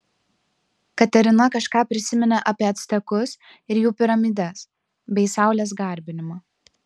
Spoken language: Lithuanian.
katerina kažką prisiminė apie actekus ir jų piramides bei saulės garbinimą